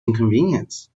inconvenience